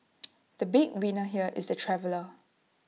the big winner here is the traveller